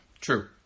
True